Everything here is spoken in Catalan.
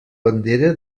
bandera